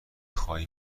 خوای